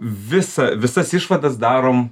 visą visas išvadas darom